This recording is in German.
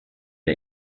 der